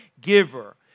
giver